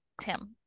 Tim